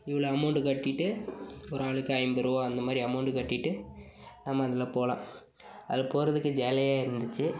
இவ்வளோ அமௌன்ட்டு கட்டிவிட்டு ஒரு ஆளுக்கு ஐம்பது ரூபா அந்த மாதிரி அமௌன்ட்டு கட்டிவிட்டு நம்ம அதில் போகலாம் அதில் போகிறதுக்கு ஜாலியாக இருந்துச்சு